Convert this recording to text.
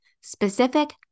specific